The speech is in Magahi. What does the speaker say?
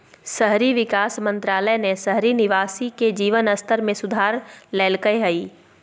शहरी विकास मंत्रालय ने शहरी निवासी के जीवन स्तर में सुधार लैल्कय हइ